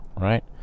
right